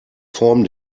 form